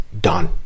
done